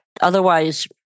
otherwise